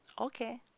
Okay